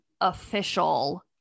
official